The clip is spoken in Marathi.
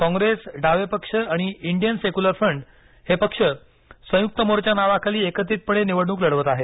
काँग्रेस डावे पक्ष आणि इंडियन सेक्युलर फ्रंट हे पक्ष संयुक्त मोर्चा नावाखाली एकत्रितपणे निवडणूक लढवत आहेत